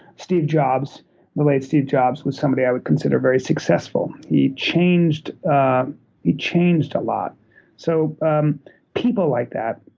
steve jobs the late steve jobs was somebody i would consider very successful. he changed ah he changed a lot so um people like that,